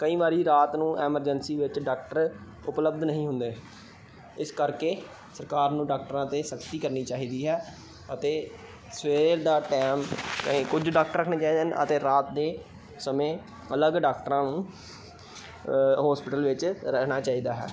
ਕਈ ਵਾਰੀ ਰਾਤ ਨੂੰ ਐਮਰਜੈਂਸੀ ਵਿੱਚ ਡਾਕਟਰ ਉਪਲਬਧ ਨਹੀਂ ਹੁੰਦੇ ਇਸ ਕਰਕੇ ਸਰਕਾਰ ਨੂੰ ਡਾਕਟਰਾਂ 'ਤੇ ਸਖਤੀ ਕਰਨੀ ਚਾਹੀਦੀ ਹੈ ਅਤੇ ਸਵੇਰ ਦਾ ਟਾਈਮ ਕੁਝ ਡਾਕਟਰ ਅਤੇ ਰਾਤ ਦੇ ਸਮੇਂ ਅਲੱਗ ਡਾਕਟਰਾਂ ਨੂੰ ਹੌਸਪੀਟਲ ਵਿੱਚ ਰਹਿਣਾ ਚਾਹੀਦਾ ਹੈ